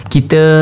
Kita